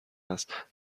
است